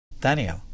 Daniel